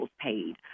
paid